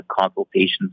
consultations